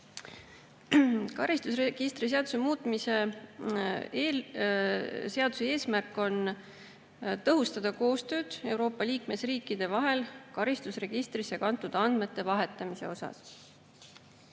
Karistusregistri seaduse muutmise seaduse eesmärk on tõhustada koostööd Euroopa [Liidu] liikmesriikide vahel karistusregistrisse kantud andmete vahetamisel. Eelnõu